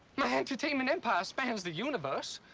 my entertainment empire spans the universe.